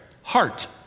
heart